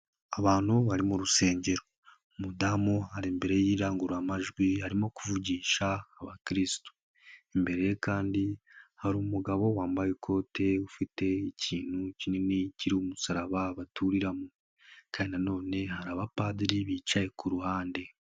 Abantu bari mu rusengero. Umudamu ari imbere y'irangururamajwi arimo kuvugisha abakirisitu. Imbere ye kandi hari umugabo wambaye ikote, ufite ikintu kinini kiriho umusaraba baturiramo. Kandi nanone hari abapadiri bicaye ku ruhande.